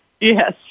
Yes